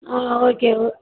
ஆ okay ஒ